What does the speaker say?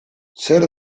zer